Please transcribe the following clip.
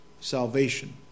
salvation